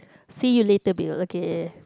see you later Bill okay